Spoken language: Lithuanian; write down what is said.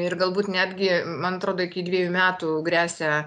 ir galbūt netgi man atrodo iki dvejų metų gresia